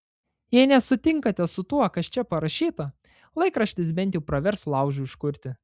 jei nesutinkate su tuo kas čia parašyta laikraštis bent jau pravers laužui užkurti